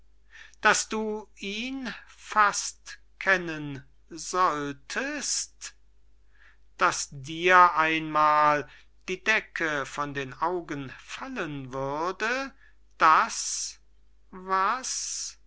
daß du ihn fast kennen solltest daß dir einmal die decke von den augen fallen würde daß was